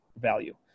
value